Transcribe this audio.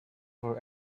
for